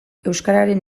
euskararen